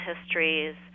histories